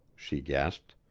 she gasped.